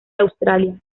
australia